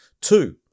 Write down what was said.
Two